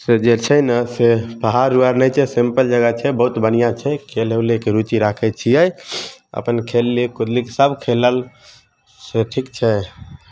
से जे छै ने से पहाड़ उहाड़ नहि छै सिम्पल जगह छै बहुत बनढ़िऑं छै खेलय उलय कय रुचि राखय छिअय अपन खेलली कुदली सब खेलल सेहो ठिक छै